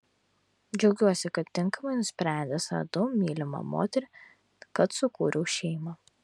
džiaugiuosi kad tinkamai nusprendęs radau mylimą moterį kad sukūriau šeimą